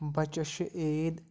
بَچَس چھِ عیٖد